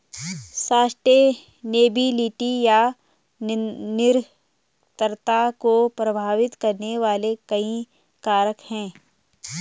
sustainability या निरंतरता को प्रभावित करने वाले कई कारक हैं